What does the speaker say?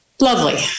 lovely